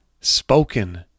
spoken